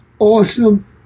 Awesome